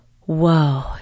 Whoa